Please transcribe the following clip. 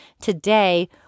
Today